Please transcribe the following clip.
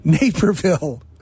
Naperville